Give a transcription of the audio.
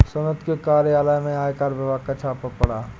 सुमित के कार्यालय में आयकर विभाग का छापा पड़ा